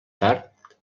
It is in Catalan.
tard